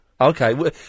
Okay